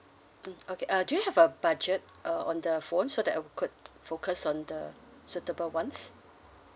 mm okay uh do you have a budget uh on the phone so that I could focus on the suitable ones